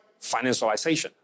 financialization